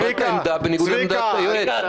קיבלת עמדה בניגוד לעמדת היועץ.